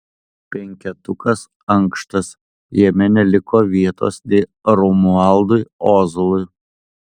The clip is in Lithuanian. penketukas ankštas jame neliko vietos nei romualdui ozolui